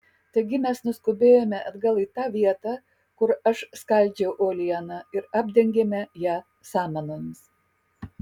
taigi mes nuskubėjome atgal į tą vietą kur aš skaldžiau uolieną ir apdengėme ją samanomis